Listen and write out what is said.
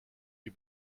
die